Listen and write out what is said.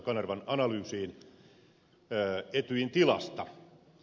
kanervan analyysiin etyjin tilasta